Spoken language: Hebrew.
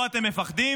פה אתם מפחדים